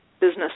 business